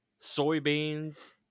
soybeans